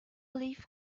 leaf